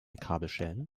kabelschellen